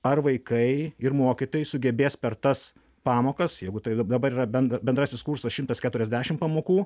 ar vaikai ir mokytojai sugebės per tas pamokas jeigu tai dab dabar yra ben bendrasis kursas šimtas keturiasdešim pamokų